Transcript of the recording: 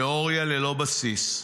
תיאוריה ללא בסיס.